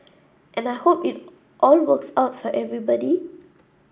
and I hope it all works out for everybody